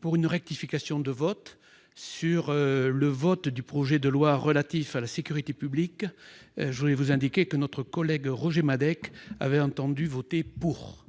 pour une rectification de vote sur le vote du projet de loi relatif à la sécurité publique, je vais vous indiquer que notre collègue Roger Madec avait entendu voter pour.